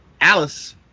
Alice